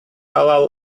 halal